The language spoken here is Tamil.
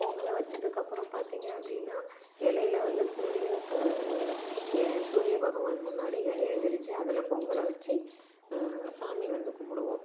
பொங்கல வச்சத்துக்கப்புறம் பார்த்திங்க அப்படின்னா இலையில வந்து சூரியனுக்கு எ சூரியபகவான் முன்னாடி இலைய விரிச்சு அதில் பொங்கல வச்சு சாமியை வந்து கும்பிடுவோம்